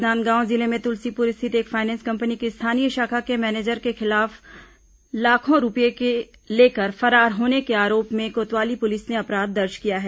राजनांदगांव जिले में तुलसीपुर स्थित एक फायनेंस कंपनी की स्थानीय शाखा के मैनेजर के खिलाफ लाखों रूपये लेकर फरार होने के आरोप में कोतवाली पुलिस ने अपराध दर्ज किया है